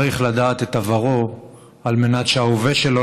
צריך לדעת את עברו על מנת שההווה שלו